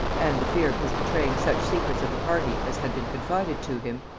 and the fear of his betraying such secrets of the party as had been confided to him,